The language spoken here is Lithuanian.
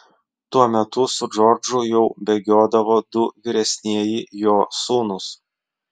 tuo metu su džordžu jau bėgiodavo du vyresnieji jo sūnūs